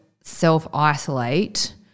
self-isolate